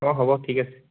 অঁ হ'ব ঠিক আছে